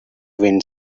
wind